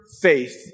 faith